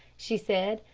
she said.